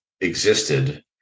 existed